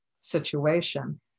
situation